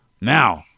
Now